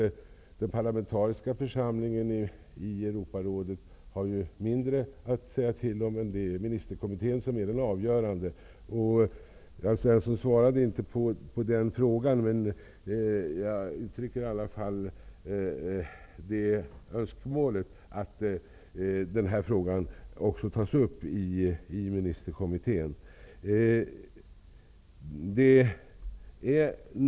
Den parlamentariska församlingen i Europarådet har mindre att säga till om. Det är ministerkommittén som är den avgörande. Alf Svensson svarade inte på min fråga. Jag vill uttrycka önskemålet att denna fråga tas upp också i ministerkommittén.